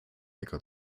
äcker